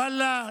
ואללה,